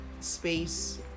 space